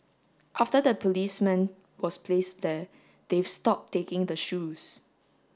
after the policeman was placed there they've stopped taking the shoes